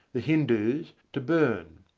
the hindus to burn.